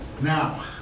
Now